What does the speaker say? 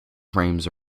frames